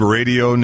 Radio